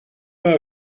pas